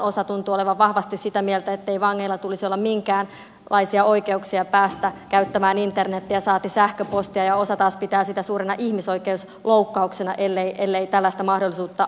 osa tuntuu olevan vahvasti sitä mieltä ettei vangeilla tulisi olla minkäänlaisia oikeuksia päästä käyttämään internetiä saati sähköpostia ja osa taas pitää sitä suurena ihmisoikeusloukkauksena ellei tällaista mahdollisuutta anneta